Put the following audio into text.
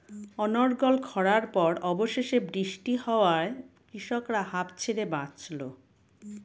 অনর্গল খড়ার পর অবশেষে বৃষ্টি হওয়ায় কৃষকরা হাঁফ ছেড়ে বাঁচল